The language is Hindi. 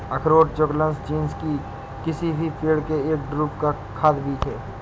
अखरोट जुगलन्स जीनस के किसी भी पेड़ के एक ड्रूप का खाद्य बीज है